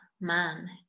man